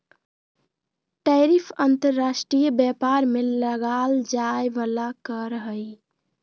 tariff अंतर्राष्ट्रीय व्यापार में लगाल जाय वला कर हइ